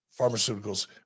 pharmaceuticals